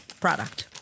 product